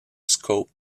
scope